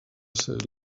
ser